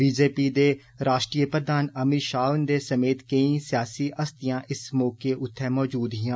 ठश्रच् दे राश्ट्रीय प्रधान अमित षाह हुन्दे समेत केईं सियासी हस्तियां इस मौके उप्पर मौजूद हियां